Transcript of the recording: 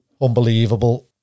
unbelievable